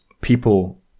people